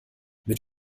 mit